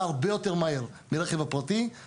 לפני 30 שנה היו בחירות לרשויות